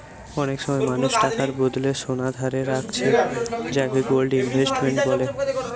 অনেক সময় মানুষ টাকার বদলে সোনা ধারে রাখছে যাকে গোল্ড ইনভেস্টমেন্ট বলে